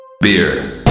Beer